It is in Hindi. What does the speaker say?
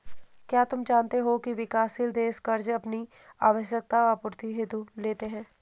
क्या तुम जानते हो की विकासशील देश कर्ज़ अपनी आवश्यकता आपूर्ति हेतु लेते हैं?